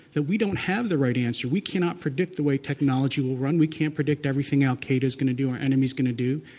that we don't have the right answer. we cannot predict the way technology will run. we can't predict everything al qaeda's going to do, our enemy's going to do.